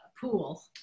pool